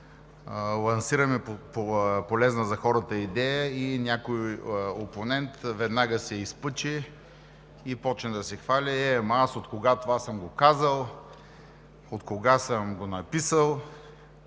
лансираме полезна за хората идея и някой опонент веднага се изпъчи и започне да се хвали: „Ама аз откога това съм го казал, откога съм го написал“,